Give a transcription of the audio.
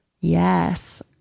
yes